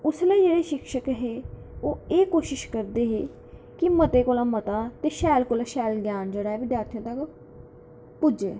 उसलै जेह्ड़े शिक्षक हे ओह् एह् कोशिश करदे हे की मते कोला मता ते शैल कोला शैल ज्ञान जेह्ड़ा विद्यार्थियें तोड़ी पुज्जे